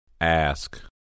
Ask